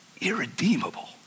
irredeemable